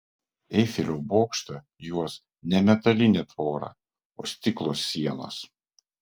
eifelio bokštą juos ne metalinė tvora o stiklo sienos